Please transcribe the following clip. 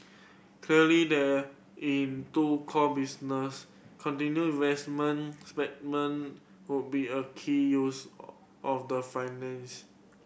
clearly the into core business continued investment would be a key use of the finance